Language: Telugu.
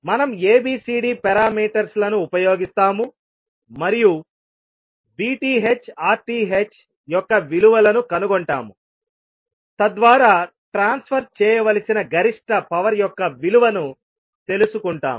మనం ABCD పారామీటర్స్ లను ఉపయోగిస్తాము మరియు VTh RTh యొక్క విలువలను కనుగొంటాము తద్వారా ట్రాన్స్ఫర్ చేయవలసిన గరిష్ట పవర్ యొక్క విలువను తెలుసుకుంటాము